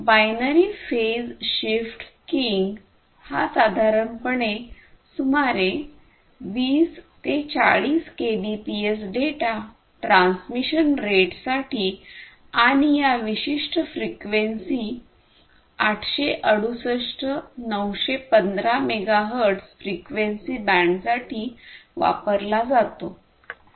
binary phase shift keying हा साधारणपणे सुमारे 20 ते 40 केबीपीएस डेटा ट्रान्समिशन रेटसाठी आणि या विशिष्ट फ्रिक्वेन्सी 868 915 मेगाहेर्ट्झ फ्रिक्वेंसी बँडसाठी वापरला जातो